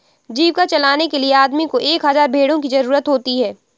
जीविका चलाने के लिए आदमी को एक हज़ार भेड़ों की जरूरत होती है